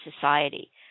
society